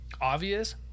obvious